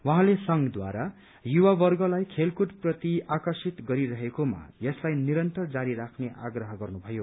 उहाँले संघद्वारा युवावर्गलाई खेलकूद प्रति आकर्षित गरिरहेकोमा यसलाई रिन्तर जारी राख्ने आप्रह गर्नुभयो